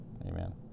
amen